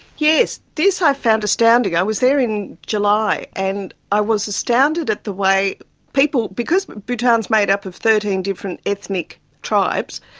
yes. this i found astounding. i was there in july and i was astounded at the way people, because bhutan is made up of thirteen different ethnic tribes,